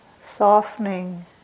softening